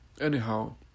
Anyhow